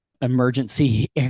emergency